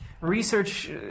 research